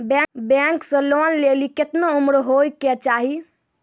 Bank से loan लेली केतना उम्र होय केचाही?